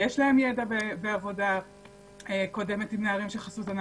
יש להם ידע בעבודה קודמת עם נערים של חסות הנוער?